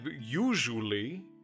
usually